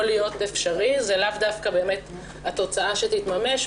להיות אפשרי זה לאו דווקא התוצאה שתתממש.